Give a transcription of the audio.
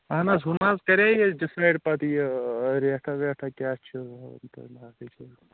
اہن حظ ہُم حظ کَرے یہِ ڈِسایڈ پَتہٕ یہِ ریٹھا ویٹھا کیٛاہ چھُ تہٕ باقٕے چیٖز